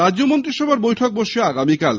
রাজ্য মন্ত্রিসভার বৈঠক বসছে আগামীকাল